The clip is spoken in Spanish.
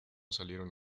salieron